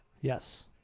Yes